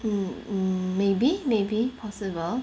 mm mm maybe maybe possible